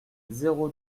zéro